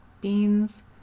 beans